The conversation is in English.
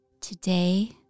Today